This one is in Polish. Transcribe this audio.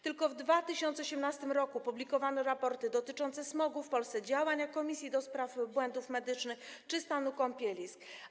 Tylko w 2018 r. publikowano raporty dotyczące smogu w Polsce, działań komisji ds. błędów medycznych czy stanu kąpielisk.